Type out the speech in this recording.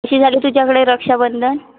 कशी झाली तुझ्याकडे रक्षाबंधन